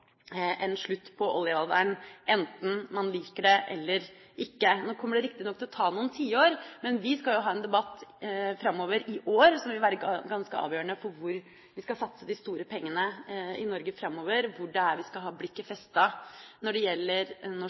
slutt på oljealderen, enten man liker det eller ikke. Nå kommer det riktignok til å ta noen tiår, men vi skal jo ha en debatt, i år, som vil være ganske avgjørende for hvor vi skal satse de store pengene i Norge framover, hvor vi skal ha blikket festet når det gjelder norsk